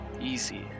Easy